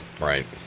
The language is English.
Right